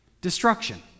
destruction